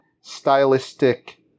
stylistic